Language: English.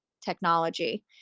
technology